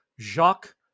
Jacques